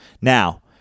Now